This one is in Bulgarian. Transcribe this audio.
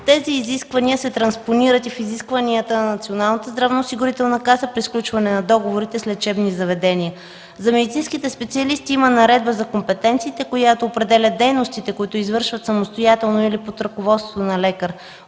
Тези изисквания се транспонират и в изискванията на Националната здравноосигурителна каса при сключване на договорите с лечебни заведения. За медицинските специалисти има наредба за компетенциите, която определя дейностите, които извършват самостоятелно или под ръководството на лекар.